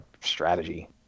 strategy